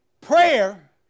prayer